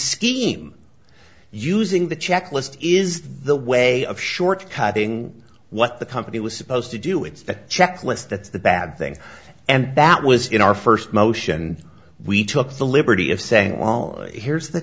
scheme using the checklist is the way of shortcutting what the company was supposed to do it's the checklist that's the bad thing and that was in our first motion we took the liberty of saying won't here's the